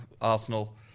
Arsenal